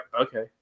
okay